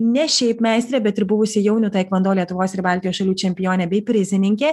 ne šiaip meistrė bet ir buvusi jaunių taikvando lietuvos ir baltijos šalių čempionė bei prizininkė